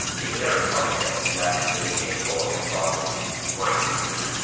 is there a prospect that the m four m five link won't be built?